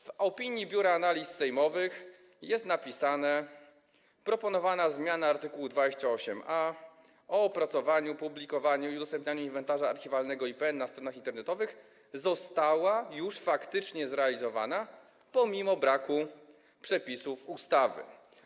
W opinii Biura Analiz Sejmowych jest napisane: Proponowana zmiana art. 28a o opracowaniu, publikowaniu i udostępnianiu inwentarza archiwalnego IPN na stronach internetowych została już faktycznie zrealizowana pomimo braku przepisów ustawy.